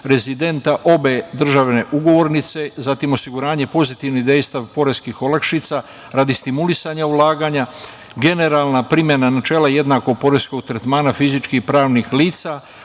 rezidenta obe države ugovornice, zatim osiguranje pozitivnih dejstava poreskih olakšica radi stimulisanja ulaganja, generalna primena načela jednakog poreskog tretmana fizičkih i pravnih lica,